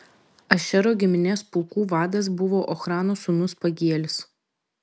ašero giminės pulkų vadas buvo ochrano sūnus pagielis